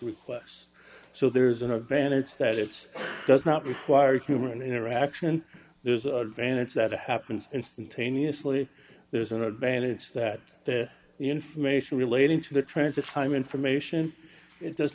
requests so there's an advantage that it's does not require human interaction there's a vantage that happens instantaneously there's an advantage that the information relating to the transit time information does